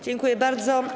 Dziękuję bardzo.